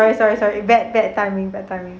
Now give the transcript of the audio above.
sorry sorry bad bad timing bad timing